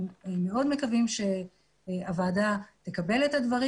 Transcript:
מאוד מקווים שהוועדה תקבל את הדברים.